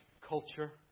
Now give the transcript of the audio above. culture